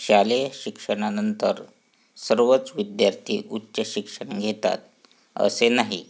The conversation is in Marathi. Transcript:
शालेय शिक्षणानंतर सर्वच विद्यार्थी उच्च शिक्षण घेतात असे नाही